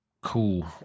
Cool